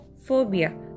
Phobia